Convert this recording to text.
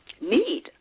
need